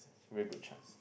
very good chance